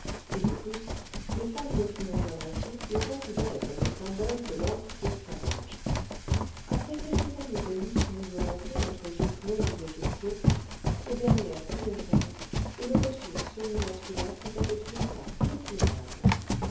et de plus les femmes d'opinions avancées les considéraient comme les symboles de l'antique esclavage après quelques années de lutte mouvementée entre jupes longues et jupes courtes ces dernières triomphèrent et le costume semi masculin fut adopté par toutes les femmes